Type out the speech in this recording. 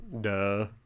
duh